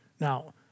Now